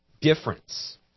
difference